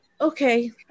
okay